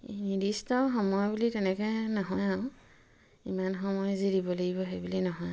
নিৰ্দিষ্ট সময় বুলি তেনেকে নহয় আৰু ইমান সময় যি দিব লাগিব সেইবুলি নহয়